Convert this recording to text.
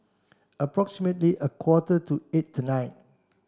approximately a quarter to eight tonight